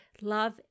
love